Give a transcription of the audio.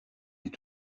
est